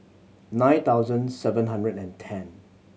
nine thousand seven hundred and ten